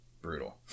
Brutal